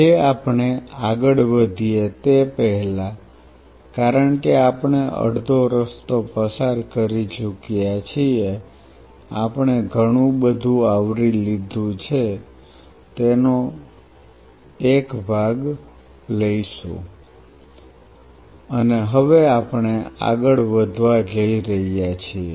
આજે આપણે આગળ વધીએ તે પહેલા કારણ કે આપણે અડધો રસ્તો પસાર કરી ચૂક્યા છીએ આપણે ઘણું બધું આવરી લીધું છે તેનો તેનો એક ભાગ લઈશું અને હવે આપણે આગળ વધવા જઈ રહ્યા છીએ